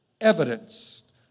evidenced